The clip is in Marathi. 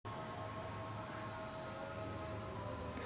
कोणताही व्यवसाय सुरू करण्यासाठी बरेच जोखीम घ्यावे लागतात